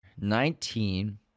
Nineteen